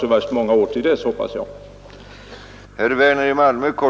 Jag tror inte att det skall behöva dröja särskilt många år.